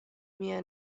mia